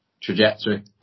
trajectory